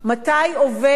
מתי עובד